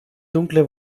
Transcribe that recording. dunkle